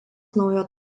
naujo